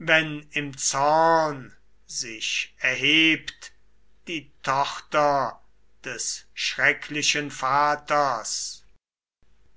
wenn im zorn sich erhebt die tochter des schrecklichen vaters